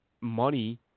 money